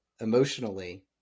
emotionally